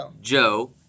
Joe